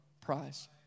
prize